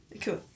Cool